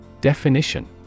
Definition